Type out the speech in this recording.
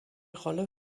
rolle